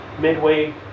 Midway